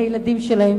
את הילדים שלהם,